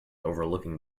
overlooking